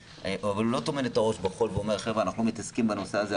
אבל הוא לא טומן את הראש בחול ואומר 'חבר'ה אנחנו מתעסקים בנושא הזה,